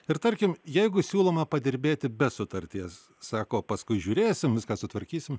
ir tarkim jeigu siūloma padirbėti be sutarties sako paskui žiūrėsim viską sutvarkysim